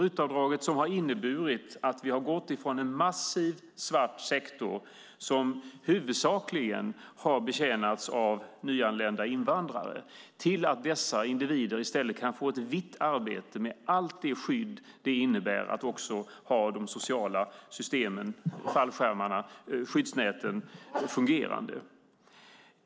RUT har inneburit att vi har gått från att ha haft en massiv svart sektor som huvudsakligen betjänats av nyanlända invandrare till att dessa individer i stället har fått vita arbeten med allt som det innebär i form av fungerande sociala skyddsnät.